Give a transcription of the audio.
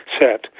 set